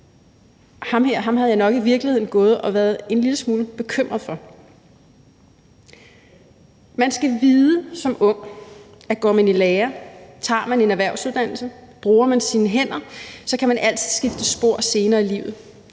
Ham her havde jeg nok i virkeligheden gået og været en lille smule bekymret for. Man skal vide som ung, at går man i lære, tager man en erhvervsuddannelse, bruger man sine hænder, kan man altid skifte spor senere i livet.